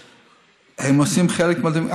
הם עושים חלק מהדברים.